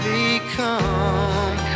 become